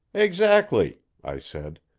exactly, i said.